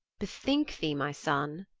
bethink thee, my son,